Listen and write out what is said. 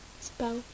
spell